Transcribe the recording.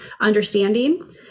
understanding